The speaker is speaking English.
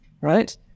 right